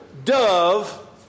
Dove